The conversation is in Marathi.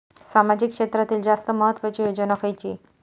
सामाजिक क्षेत्रांतील जास्त महत्त्वाची योजना खयची?